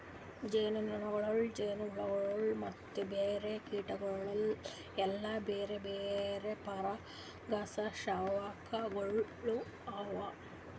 ಜೇನುನೊಣಗೊಳ್, ಜೇನುಹುಳಗೊಳ್ ಮತ್ತ ಬ್ಯಾರೆ ಕೀಟಗೊಳ್ ಎಲ್ಲಾ ಬ್ಯಾರೆ ಬ್ಯಾರೆ ಪರಾಗಸ್ಪರ್ಶಕಗೊಳ್ ಅವಾ